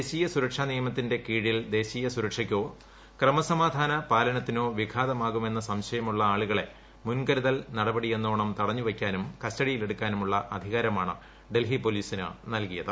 ദേശീയ സുരക്ഷ നിയമത്തിന്റെ കീഴിൽ ്ട്ദേശീയ സുരക്ഷയ്ക്കോ ക്രമസമാധാന പാലനത്തിനോ വിഘാതമാകുമെന്ന് സംശയമുള്ള ആളുകളെ മുൻകരുതൽ നുട്ട്പടിയെന്നോണം തടഞ്ഞുവയ്ക്കാനും കസ്റ്റഡിയിൽ എടുക്കാനുമുള്ള അധികാരമാണ് ഡൽഹി പോലീസിന് നൽകിയത്